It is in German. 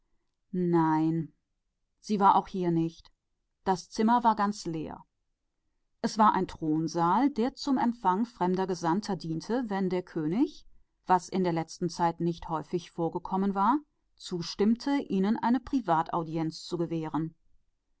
nein dort war sie auch nicht das zimmer war ganz leer es war ein thronzimmer das zum empfang fremder gesandten benutzt wurde wenn der könig was lange nicht mehr der fall gewesen bereit war ihnen eine persönliche audienz zu gewähren